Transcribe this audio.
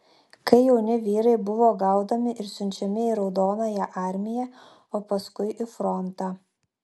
kai jauni vyrai buvo gaudomi ir siunčiami į raudonąją armiją o paskui į frontą